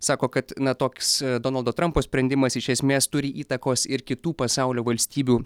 sako kad na toks donaldo trampo sprendimas iš esmės turi įtakos ir kitų pasaulio valstybių